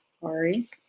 sorry